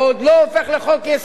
זה עוד לא הופך לחוק-יסוד.